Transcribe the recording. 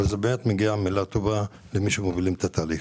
מגיעה מילה טובה למי שמובילים את התהליך.